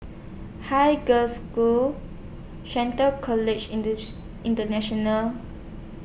Haig Girls' School Shelton College International